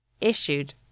issued